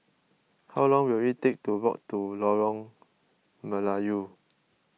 how long will it take to walk to Lorong Melayu